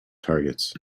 targets